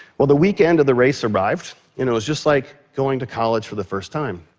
well, the weekend of the race arrived, and it was just like going to college for the first time.